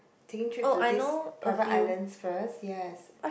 taking trip to these private islands first yes